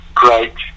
great